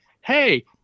hey